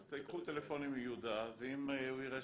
אז תיקחו טלפונים מיהודה ואם הוא יראה